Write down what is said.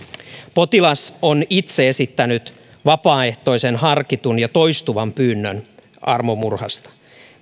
potilas on itse esittänyt vapaaehtoisen harkitun ja toistuvan pyynnön armomurhasta